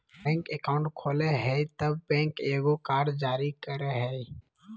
bank account खोलय हइ तब बैंक एगो कार्ड जारी करय हइ